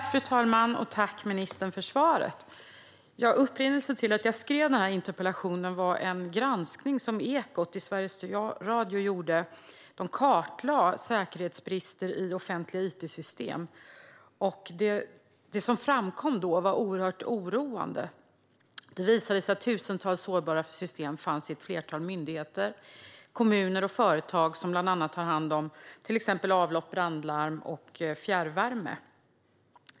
Fru talman! Jag tackar ministern för svaret. Upprinnelsen till att jag skrev denna interpellation var en granskning som Ekot i Sveriges Radio gjorde. De kartlade säkerhetsbrister i offentliga it-system. Det som då framkom var oerhört oroande. Det visade sig att tusentals sårbara system fanns i ett flertal myndigheter, kommuner och företag som bland annat har hand om avlopp, brandlarm och fjärrvärme.